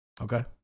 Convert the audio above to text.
Okay